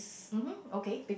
um hm okay